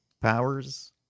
powers